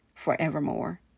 forevermore